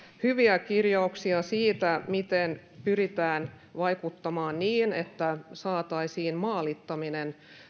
hyviä kirjauksia siitä miten pyritään vaikuttamaan niin että saataisiin maalittamista